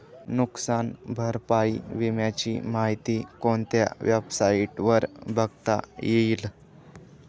नुकसान भरपाई विम्याची माहिती कोणत्या वेबसाईटवर बघता येईल?